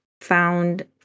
found